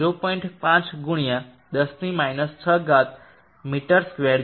5ગુણ્યા 10 6 metre square છે